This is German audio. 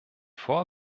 vor